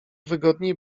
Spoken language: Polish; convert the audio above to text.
wygodniej